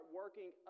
working